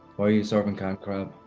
why are you serving canned crab.